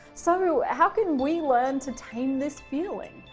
so, how can we learn to tame this feeling?